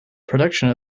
production